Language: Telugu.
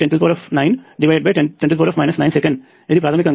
2510910 9 సెకను ఇది ప్రాథమికంగా 1